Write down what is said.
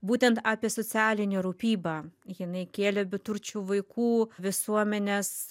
būtent apie socialinę rūpybą jinai kėlė beturčių vaikų visuomenės